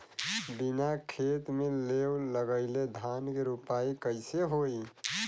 बिना खेत में लेव लगइले धान के रोपाई कईसे होई